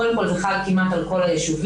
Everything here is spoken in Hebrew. קודם כל, זה חל כמעט על כל הישובים,